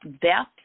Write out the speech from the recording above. death